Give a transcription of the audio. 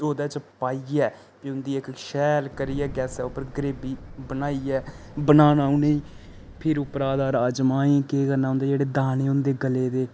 प्ही ओह्दे च पाइयै प्ही उंदी इक शैल करियै उप्पर ग्रेवी बनाइयै बनाना उ'नेंई फिर उप्परा दा राजमाएं केह् करना उं'दे जेह्ड़े दानें होंदे गले दे